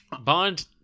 Bond